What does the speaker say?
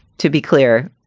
to be clear,